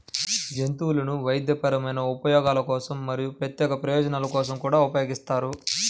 జంతువులను వైద్యపరమైన ఉపయోగాల కోసం మరియు ప్రత్యేక ప్రయోజనాల కోసం కూడా ఉపయోగిస్తారు